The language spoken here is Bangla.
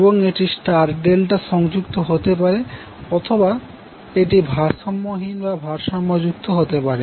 এবং এটি স্টার ডেল্টা সংযুক্ত হতে পারে অথবা এটি ভারসাম্যহীন বা ভারসাম্য যুক্ত হতে পারে